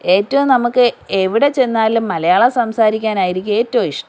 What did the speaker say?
ഏറ്റവും നമുക്ക് എവിടെച്ചെന്നാലും മലയാളം സംസാരിക്കാൻ ആയിരിക്കും ഏറ്റവും ഇഷ്ടം